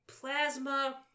plasma